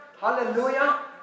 Hallelujah